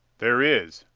there is.